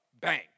bang